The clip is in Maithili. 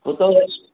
पूतहू